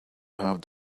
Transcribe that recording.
have